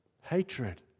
hatred